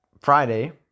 Friday